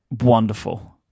wonderful